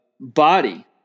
body